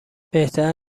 بهتر